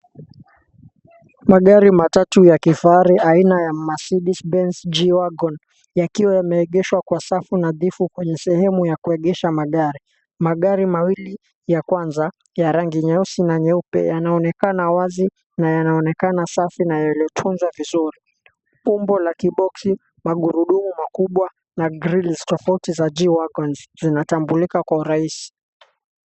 Magari matatu ya kifahari aina ya Mercedes Benz G-Wagon yakiwa yameegeshwa kwa safu nadhifu kwenye sehemu ya kuegesha magari. Magari mawili ya kwanza ya rangi nyeusi na nyeupe yanaonekana wazi na yanaonekana safi na yaliyotunzwa vizuri. Umbo la kiboksi magurudumu makubwa, na grills tofauti za G-Wagon zinatambulika kwa urahisi.